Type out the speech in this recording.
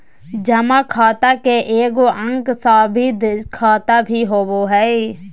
जमा खाता के एगो अंग सावधि खाता भी होबो हइ